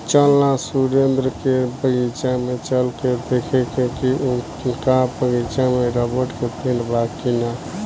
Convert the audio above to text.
चल ना सुरेंद्र के बगीचा में चल के देखेके की उनका बगीचा में रबड़ के पेड़ बा की ना